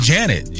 Janet